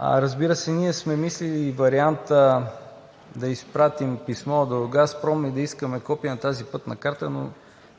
Разбира се, ние сме мислили варианта да изпратим писмо до „Газпром“ и да искаме копие на тази Пътна карта, но